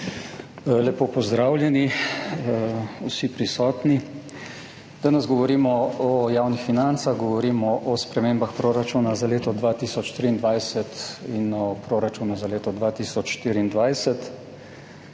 Lepo pozdravljeni, vsi prisotni! Danes govorimo o javnih financah. Govorimo o spremembah proračuna za leto 2023 in o proračunu za leto 2024.